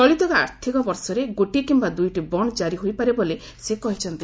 ଚାଳିତ ଆର୍ଥକ ବର୍ଷରେ ଗୋଟିଏ କିମ୍ବା ଦୂଇଟି ବଣ୍ଡ ଜାରି ହୋଇପାରେ ବୋଲି ସେ କହିଛନ୍ତି